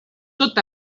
tot